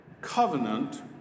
covenant